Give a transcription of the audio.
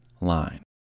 line